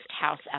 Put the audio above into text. house